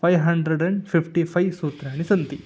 five hundred and fifty five सूत्राणि सन्ति